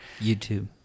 YouTube